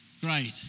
great